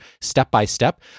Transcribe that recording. step-by-step